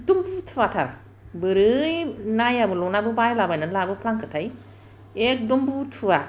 एखदम बुथुवाथार बोरै नायाबो लनाबो बायलाबायनानै लाबोफ्रांलाबायखोथाय एखदम बुथुवा